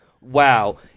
wow